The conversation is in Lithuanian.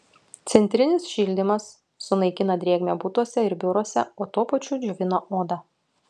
centrinis šildymas sunaikina drėgmę butuose ir biuruose o tuo pačiu džiovina odą